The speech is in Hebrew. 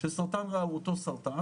שסרטן ריאה הוא אותו סרטן,